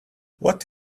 what